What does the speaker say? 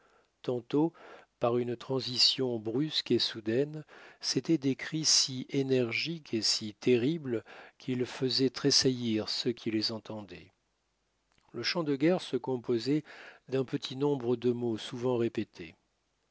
tantôt par une transition brusque et soudaine c'étaient des cris si énergiques et si terribles qu'ils faisaient tressaillir ceux qui les entendaient le chant de guerre se composait d'un petit nombre de mots souvent répétés